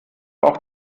auch